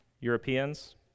Europeans